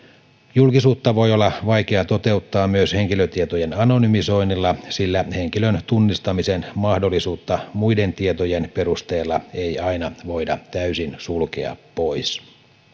julkisuutta voi olla vaikea toteuttaa myös henkilötietojen anonymisoinnilla sillä henkilön tunnistamisen mahdollisuutta muiden tietojen perusteella ei aina voida täysin sulkea pois